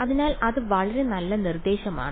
അതിനാൽ അത് വളരെ നല്ല നിർദ്ദേശമാണ്